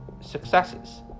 successes